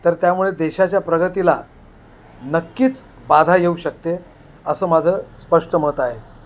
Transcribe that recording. तर त्यामुळे देशाच्या प्रगतीला नक्कीच बाधा येऊ शकते असं माझं स्पष्ट मत आहे